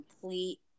complete